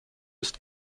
ist